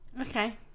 okay